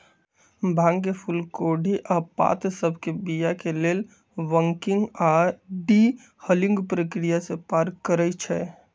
भांग के फूल कोढ़ी आऽ पात सभके बीया के लेल बंकिंग आऽ डी हलिंग प्रक्रिया से पार करइ छै